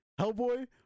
Hellboy